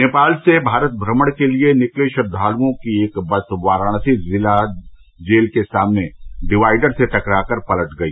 नेपाल से भारत भ्रमण के लिए निकले श्रद्वालुओं की एक बस वाराणसी में जिला जेल के सामने डिवाइडर से टकरा कर पलट गई